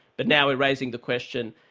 but now we're raising the question,